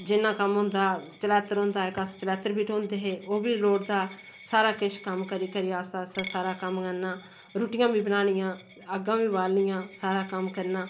जिन्ना कम्म होंदा चलैतर होंदा इक अस चलैत्तर बी ढोंदे हे ओह् बी लोड़दा हा सारा किश कम्म करी करी आस्ता आस्ता सारा कम्म करना रुट्टियां बी बनानियां अग्गां बी बालनियां सारा कम्म करना